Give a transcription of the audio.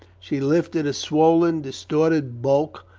she lifted a swollen, distorted bulk,